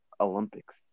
Olympics